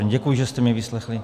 Děkuji, že jste mě vyslechli.